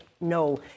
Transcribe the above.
no